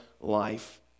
life